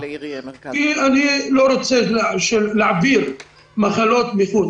אני לא רוצה להעביר מחלות מן החוץ.